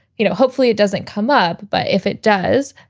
you know, hopefully it doesn't come up, but if it does,